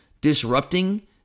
disrupting